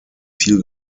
viel